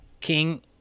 King